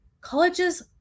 colleges